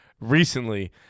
recently